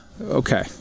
okay